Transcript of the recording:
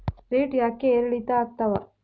Rate ಯಾಕೆ ಏರಿಳಿತ ಆಗ್ತಾವ?